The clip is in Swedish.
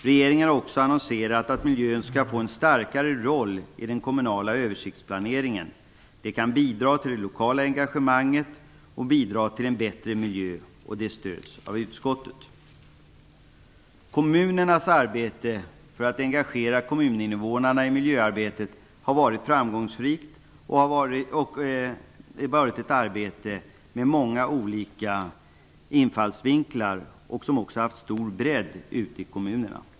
Regeringen har också annonserat att miljön skall få en starkare roll i den kommunala översiktsplaneringen. Det kan bidra till det lokala engagemanget och bidra till en bättre miljö. Detta stöds av utskottet. Kommunernas arbete för att engagera kommuninvånarna i miljöarbetet har varit framgångsrikt. Det har haft många infallsvinklar och stor bredd ute i kommunerna.